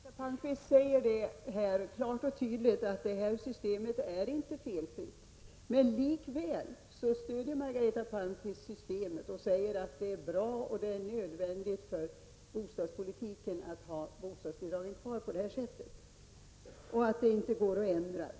Herr talman! Margareta Palmqvist säger klart och tydligt att det här bostadsbidragssystemet inte är felfritt. Men likväl stöder Margareta Palmqvist systemet och säger att det är bra och nödvändigt för bostadspolitiken att ha kvar det och att det inte går att ändra.